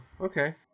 okay